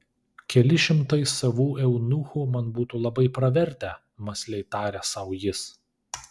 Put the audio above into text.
keli šimtai savų eunuchų man būtų labai pravertę mąsliai tarė sau jis